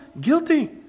guilty